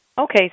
Okay